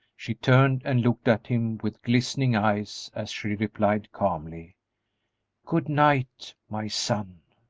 she turned and looked at him with glistening eyes, as she replied, calmly good-night, my son!